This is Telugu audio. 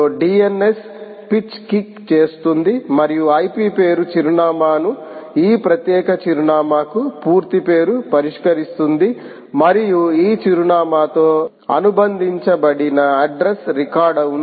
DNS పిచ్లో కిక్ చేస్తుంది మరియు IP పేరు చిరునామాను ఈ ప్రత్యేక చిరునామాకు పూర్తి పేరు పరిష్కరిస్తుంది మరియు ఈ చిరునామాతో అనుబంధించబడిన అడ్రస్ రికార్డ్ ఉంది